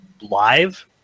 live